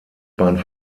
bahn